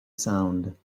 sound